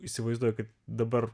įsivaizduoju kaip dabar